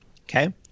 Okay